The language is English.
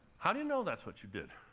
how do you know that's what you did?